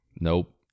Nope